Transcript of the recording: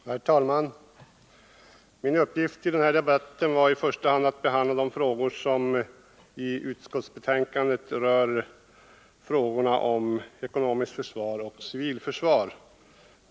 Herr talman! Min uppgift i denna debatt var i första hand att behandla de frågor i försvarsutskottets betänkanden nr 13 och 14 som berör det ekonomiska försvaret och civilförsvaret.